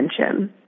attention